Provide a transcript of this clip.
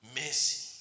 mercy